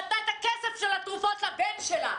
נתנה את הכסף של התרופות למסע של הבן שלה.